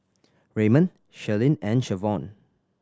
Raymon Shirlene and Shavonne